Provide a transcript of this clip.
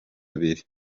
abiri